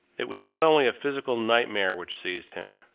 it was not only a physical nightmare which seized him.